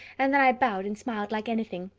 and then i bowed and smiled like anything.